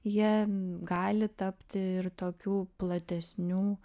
jie gali tapti ir tokių platesnių